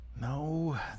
No